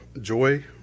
joy